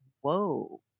Whoa